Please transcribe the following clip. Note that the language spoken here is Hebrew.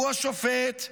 הוא השופט,